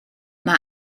mae